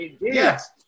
Yes